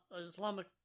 Islamic